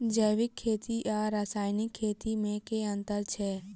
जैविक खेती आ रासायनिक खेती मे केँ अंतर छै?